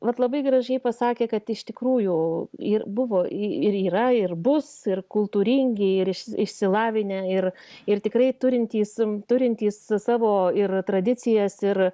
vat labai gražiai pasakė kad iš tikrųjų ir buvo i ir yra ir bus ir kultūringi ir išsilavinę ir ir tikrai turintys turintys savo ir tradicijas ir